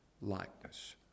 likeness